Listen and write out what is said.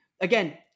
again